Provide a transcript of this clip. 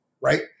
right